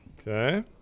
Okay